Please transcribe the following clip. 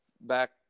back